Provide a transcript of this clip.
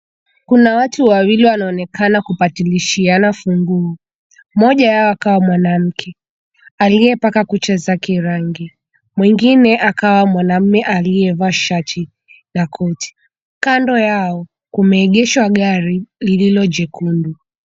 Kuna watu wawili wanaonekana kupatilishiana funguo. Mmoja wao akawa mwanamke, aliyepaka kucha zake rangi. Mwengine akawa mwanamume aliyevaa shati na koti. Kando yao, kumeegeshwa gari lililo jekundu.